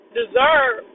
deserve